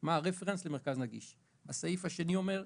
מה הרפרנס למרכז נגיש; הסעיף השני אומר,